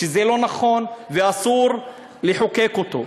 שזה לא נכון ואסור לחוקק אותו.